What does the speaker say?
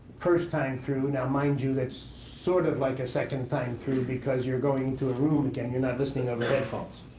first time through. now, mind you, that's sort of like a second time through because you're going into a room. again, you're not listening over headphones.